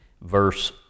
verse